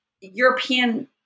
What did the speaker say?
European